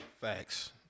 Facts